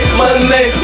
money